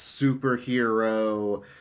superhero